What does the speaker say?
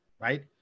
right